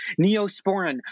Neosporin